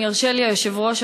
אם ירשה לי היושב-ראש,